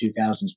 2000s